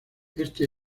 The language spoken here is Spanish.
este